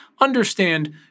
understand